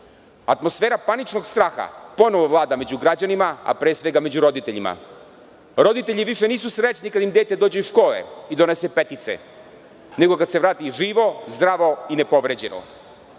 benzinom. Atmosfera paničnog straha ponovo vlada među građanima, a pre svega među roditeljima. Roditelji više nisu srećni kada im dete dođe iz škole i donese petice, nego kada se vrati živo, zdravo i nepovređeno.